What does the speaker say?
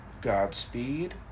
Godspeed